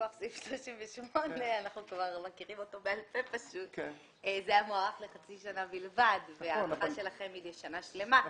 מכוח סעיף 38 זה היה מוארך לחצי שנה בלבד והבקשה שלכם היא לשנה שלמה,